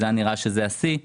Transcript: אז זה נראה השיא,